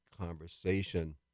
conversation